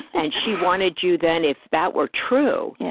and she wanted you, then, if that were true, yeah